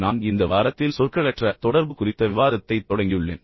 நான் இந்த வாரத்தில் சொற்களற்ற தொடர்பு குறித்த விவாதத்தைத் தொடங்கியுள்ளேன்